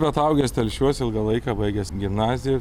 bet augęs telšiuose ilgą laiką baigęs gimnaziją